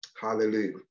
Hallelujah